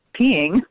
peeing